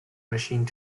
machine